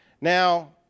Now